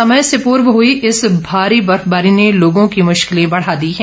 समय से पूर्व हुई इस भारी बर्फबारी ने लोगों की मुश्किलें बढ़ा दी है